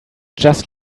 just